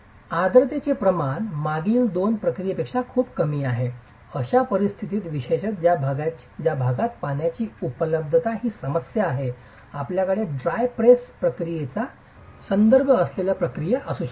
आर्द्रतेचे प्रमाण मागील दोन प्रक्रियेपेक्षा खूपच कमी आहे अशा परिस्थितीत विशेषत ज्या भागात पाण्याची उपलब्धता ही समस्या आहे आपल्याकडे ड्राय प्रेस प्रक्रियेचा संदर्भ असलेल्या प्रक्रिया असू शकतात